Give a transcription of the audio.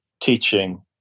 teaching